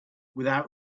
without